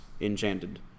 enchanted